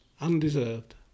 Undeserved